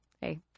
hey